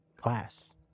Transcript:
class